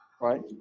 right